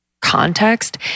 context